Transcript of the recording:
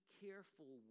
careful